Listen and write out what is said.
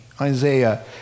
Isaiah